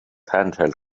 handheld